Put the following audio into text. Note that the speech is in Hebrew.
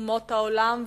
אומות העולם.